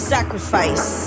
Sacrifice